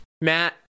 Matt